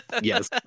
Yes